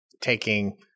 taking